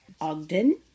ogden